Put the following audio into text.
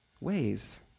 ways